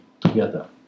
together